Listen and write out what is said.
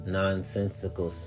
nonsensical